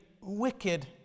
wicked